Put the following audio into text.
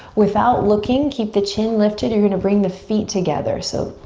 without looking keep the chin lifted, you're gonna bring the feet together. so,